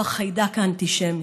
הוא החיידק האנטישמי,